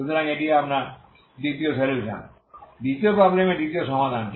সুতরাং এটি আপনার দ্বিতীয় সলিউশন দ্বিতীয় প্রবলেমের দ্বিতীয় সমাধান